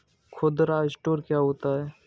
खुदरा स्टोर क्या होता है?